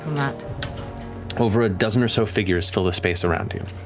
matt over a dozen or so figures fill the space around you,